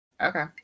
okay